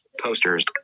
posters